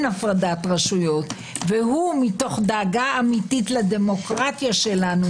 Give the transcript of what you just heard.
הפרדת רשויות והוא מתוך דאגה אמיתית לדמוקרטיה שלנו